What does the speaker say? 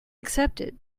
accepted